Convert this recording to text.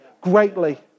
greatly